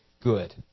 good